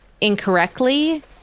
incorrectly